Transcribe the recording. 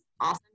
awesome